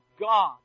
God